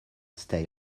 stay